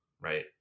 right